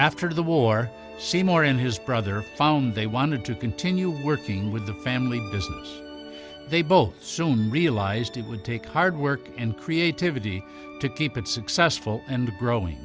after the war seymour in his brother found they wanted to continue working with the family business they both soon realized it would take hard work and creativity to keep it successful and growing